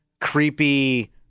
creepy-